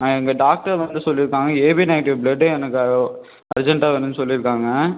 எங்கள் டாக்டர் வந்து சொல்லியிருக்காங்க ஏபி நெகட்டிவ் பிளட் எனக்கு அர்ஜெண்ட்டாக வேணும்னு சொல்லியிருக்காங்க